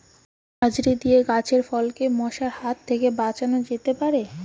ঝাঁঝরি দিয়ে গাছের ফলকে মশার হাত থেকে বাঁচানো যেতে পারে?